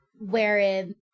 wherein